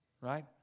Right